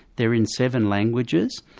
they're in seven languages,